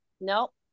nope